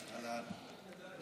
אדוני היושב-ראש, קודם כול ברכותיי.